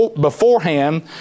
beforehand